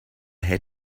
had